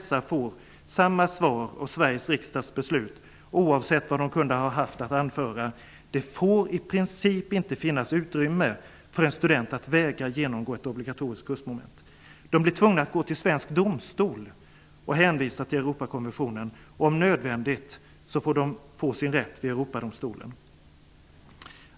Alla får de samma svar genom Sveriges riksdags beslut, oavsett vad de kunde ha haft att anföra: ''Det får i princip inte finnas utrymme för en student att vägra genomgå ett obligatoriskt kursmoment.'' De blir tvungna att gå till svensk domstol och hänvisa till Europakonventionen och om nödvändigt få sin rätt vid Europadomstolen.